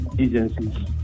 Agencies